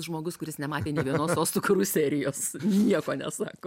žmogus kuris nematė nė vienos sostų karų serijos nieko nesako